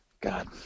god